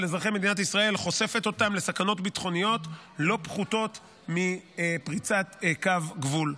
אזרחי מדינת ישראל חושפת אותם לסכנות ביטחוניות לא פחותות מפריצת קו גבול.